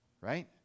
Right